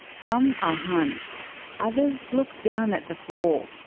some are hunched others look down at the floor,